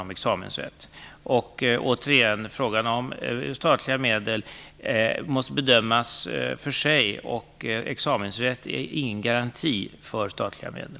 Återigen vill jag påpeka att frågan om statliga medel måste bedömas för sig och att examensrätt i sig inte är någon garanti för statliga medel.